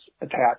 attached